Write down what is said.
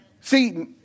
See